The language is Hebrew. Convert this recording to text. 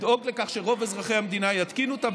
לדאוג לכך שרוב אזרחי המדינה יתקינו אותה,